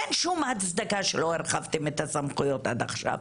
אין שום הצדקה שלא הרחבתם את הסמכויות עד עכשיו.